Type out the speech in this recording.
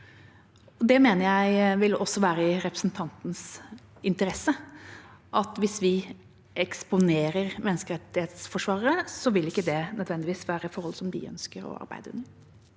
også vil være i representantens interesse. Hvis vi eksponerer menneskerettighetsforsvarere, vil ikke det nødvendigvis være forhold som de ønsker å arbeide under.